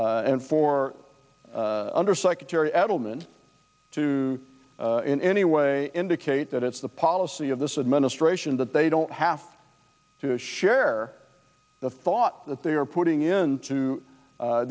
and for undersecretary edelman to in any way indicate that it's the policy of this administration that they don't have to share the thought that they are putting into